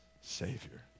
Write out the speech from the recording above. savior